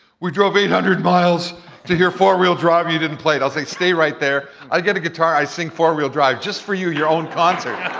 we drove eight hundred miles to hear four wheel drive, you didn't play it. i'll say, stay right there, i get a guitar, i sing four wheel drive, just for you, your own concert.